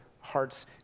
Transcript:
hearts